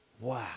wow